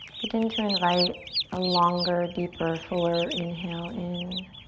begin to invite a longer, deeper, fuller inhale in.